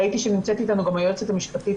ראיתי שנמצאת איתנו גם היועצת המשפטית,